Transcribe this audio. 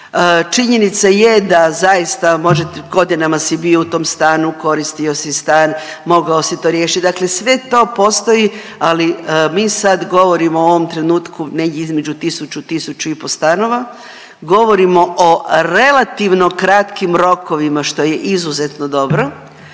Činjenica je da zaista možete godinama si bio u tom stanu, koristio si stan, mogao si to riješit, dakle sve to postoji ali mi sad govorimo u ovom trenutku negdje između tisuću, tisuću i pol stanova, govorimo o relativno kratkim rokovima što je izuzetno dobro.